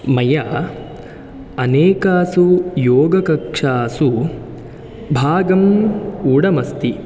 मया अनेकासु योगकक्षासु भागम् ऊढमस्ति